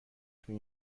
توی